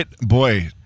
Boy